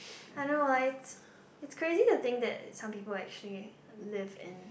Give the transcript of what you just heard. I know why it's crazy the thing that some people actually live in